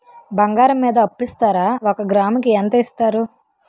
బంగారం మీద అప్పు ఇస్తారా? ఒక గ్రాము కి ఎంత ఇస్తారు?